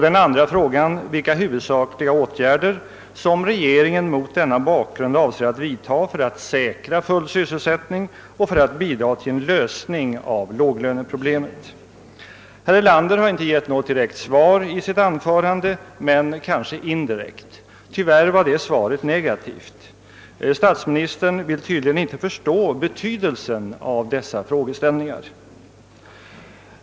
Den andra frågan gällde vilka huvudsakliga åtgärder som regeringen mot denna bakgrund avser att vidtaga för att säkra full sysselsättning och för att bidra till en lösning av låglöneproblemet. Statsminister Erlander har inte givit något direkt svar i sitt anförande men kanske ett indirekt. Tyvärr var det svaret negativt. Statsministern vill tydligen inte förstå betydelsen av dessa frågeställningar.